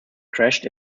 crashed